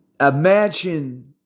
imagine